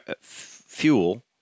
Fuel